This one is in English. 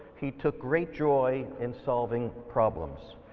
he took great joy in solving problems.